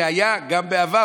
שהיו גם בעבר.